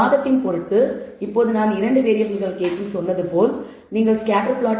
வாதத்தின் பொருட்டு இப்போது நான் 2 வேரியபிள்கள் கேஸில் சொன்னது போல் நீங்கள் ஸ்கேட்டர் பிளாட்